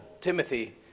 Timothy